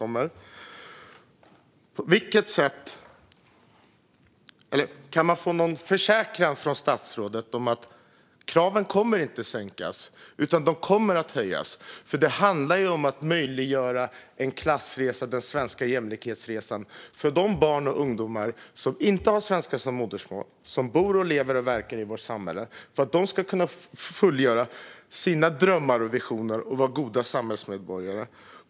Men kan jag få någon försäkran från statsrådet om att kraven inte kommer att sänkas utan höjas? Det handlar ju om att möjliggöra en klassresa - den svenska jämlikhetsresan - för de barn och ungdomar som inte har svenska som modersmål och som bor, lever och verkar i vårt samhälle för att de ska kunna uppfylla sina drömmar och visioner och vara goda samhällsmedborgare.